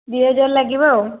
ଦୁଇ ହଜାର ଲାଗିବ ଆଉ